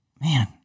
Man